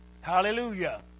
Hallelujah